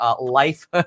life